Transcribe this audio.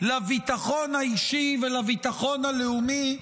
לביטחון האישי ולביטחון הלאומי.